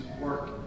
work